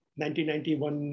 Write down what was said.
1991